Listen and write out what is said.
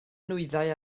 nwyddau